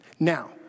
Now